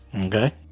Okay